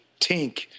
Tink